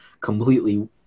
completely